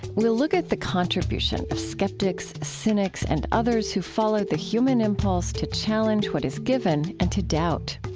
we'll look at the contribution of skeptics, cynics, and others who've followed the human impulse to challenge what is given and to doubt.